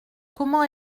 comment